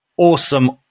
Awesome